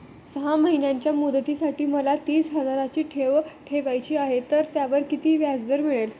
सहा महिन्यांच्या मुदतीसाठी मला तीस हजाराची ठेव ठेवायची आहे, तर त्यावर किती व्याजदर मिळेल?